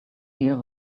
deal